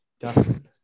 justin